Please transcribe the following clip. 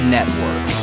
Network